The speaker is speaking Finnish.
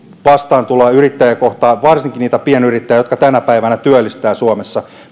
vastaantuloa yrittäjiä kohtaan varsinkin niitä pienyrittäjiä jotka tänä päivänä työllistävät suomessa